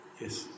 Yes